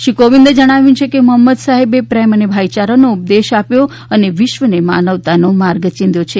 શ્રી કોવિંદે જણાવ્યું છે કે મોહમ્મદ સાહેબે પ્રેમ અને ભાઇચારાનો ઉપદેશ આપ્યો છે અને વિશ્વને માનવતાનો માર્ગ ચિંધ્યો છે